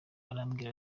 arambwira